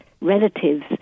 relatives